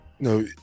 No